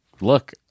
Look